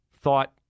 thought